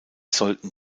sollten